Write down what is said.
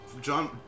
John